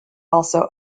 also